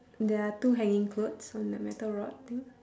there are two hanging clothes on that metal rod thing